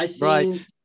Right